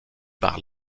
par